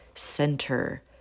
Center